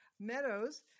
meadows